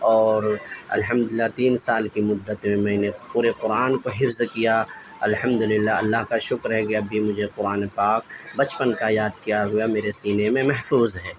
اور الحمد اللہ تین سال کی مدت میں میں نے پورے قرآن کو حفظ کیا الحمد اللہ اللہ کا شکر ہے کہ اب بھی مجھے قرآن پاک بچپن کا یاد کیا ہوا میرے سینے میں محفوظ ہے